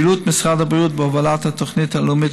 פעילות משרד הבריאות בהובלת התוכנית הלאומית